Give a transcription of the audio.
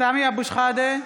סמי אבו שחאדה,